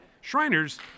Shriners